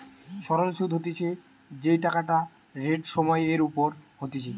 সরল সুধ হতিছে যেই টাকাটা রেট সময় এর ওপর হতিছে